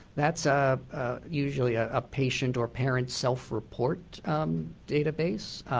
that's a usually ah a patient or parent self-report database.